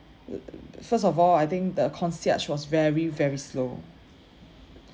first of all I think the concierge was very very slow